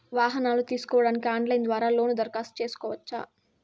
వాహనాలు తీసుకోడానికి ఆన్లైన్ ద్వారా లోను దరఖాస్తు సేసుకోవచ్చా?